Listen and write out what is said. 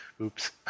Oops